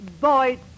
boy